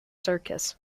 circus